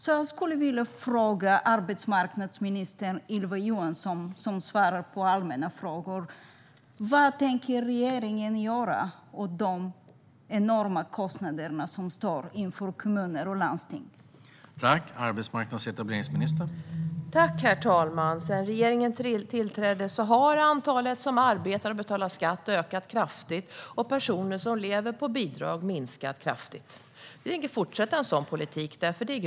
Jag skulle vilja fråga arbetsmarknadsminister Ylva Johansson, som svarar på allmänna frågor: Vad tänker regeringen göra åt de enorma kostnader som kommuner och landsting står inför?